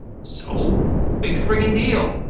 so big freakin' deal.